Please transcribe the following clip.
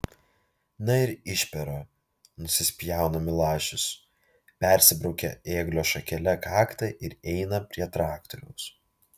na ir išpera nusispjauna milašius persibraukia ėglio šakele kaktą ir eina prie traktoriaus